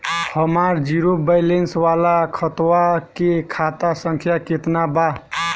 हमार zero balance वाला खतवा के खाता संख्या केतना बा?